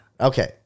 Okay